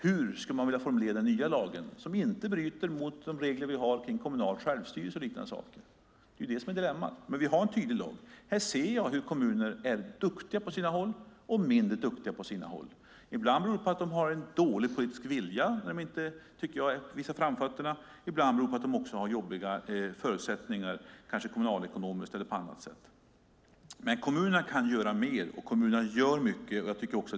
Hur skulle man vilja formulera den nya lagen så att den inte bryter mot de regler vi har om kommunal självstyrelse och liknande saker? Det är dilemmat. Vi har en tydlig lag. Här ser jag att kommuner är duktiga på sina håll och mindre duktiga på sina håll. Ibland beror det på att de har en dålig politisk vilja att visa framfötterna, ibland beror det på att de har jobbiga förutsättningar kommunalekonomiskt eller kanske på annat sätt. Kommunerna kan göra mer, och kommunerna gör mycket.